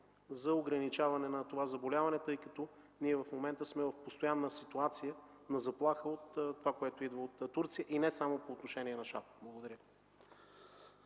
за ограничаване на това заболяване, тъй като ние в момента сме в постоянна ситуация на заплаха от това, което идва от Турция, и не само по отношение на шапа. Благодаря.